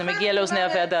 זה מגיע לאוזני הוועדה.